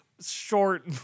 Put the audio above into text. short